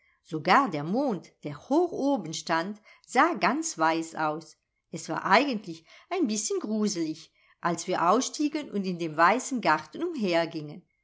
sogar der mond der hoch oben stand sah ganz weiß aus es war eigentlich ein bißchen gruselig als wir ausstiegen und in dem weißen garten